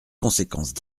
conséquences